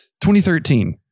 2013